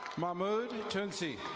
mahmoud tunsey.